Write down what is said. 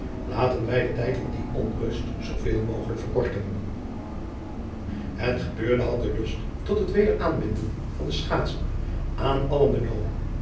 aten wij den tijd van die onrust zooveel mogelijk verkorten et gebeurde had den lust tot het weder aanbinden van de schaatsen aan allen benomen